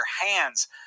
hands